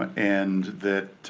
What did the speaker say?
but and that